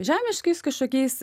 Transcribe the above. žemiškais kažkokiais